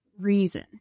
reason